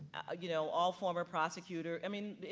ah you know, all former prosecutor, i mean,